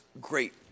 great